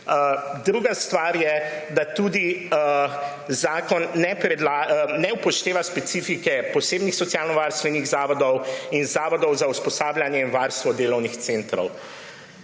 Druga stvar je, da zakon tudi ne upošteva specifike posebnih socialno-varstvenih zavodov in zavodov za usposabljanje in varstvo delovnih centrov.